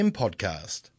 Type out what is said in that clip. podcast